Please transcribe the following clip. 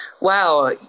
wow